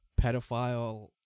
pedophile